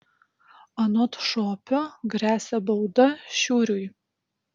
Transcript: anot šopio gresia bauda šiuriui